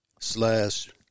slash